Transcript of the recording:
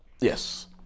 yes